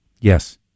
Yes